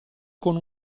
con